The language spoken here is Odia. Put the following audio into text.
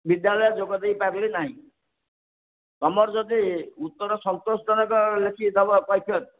ବିଦ୍ୟାଳୟ ଯୋଗ ଦେଇପାରିଲି ନାହିଁ ତୁମର ଯଦି ଉତ୍ତର ସନ୍ତୋଷଜନକ ଲେଖିକି ଦେବ କୈଫିୟତ